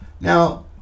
Now